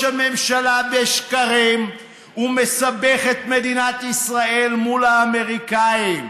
הממשלה בשקרים ומסבך את מדינת ישראל מול האמריקנים?